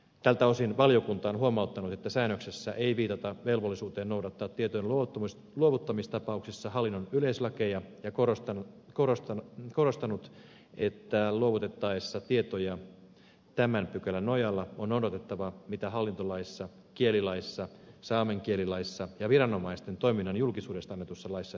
tältä osin valiokunta on huomauttanut että säännöksessä ei viitata velvollisuuteen noudattaa tietojen luovuttamistapauksissa hallinnon yleislakeja ja korostanut että luovutettaessa tietoja tämän pykälän nojalla on noudatettava mitä hallintolaissa kielilaissa saamen kielilaissa ja viranomaisten toiminnan julkisuudesta annetussa laissa säädetään